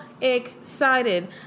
excited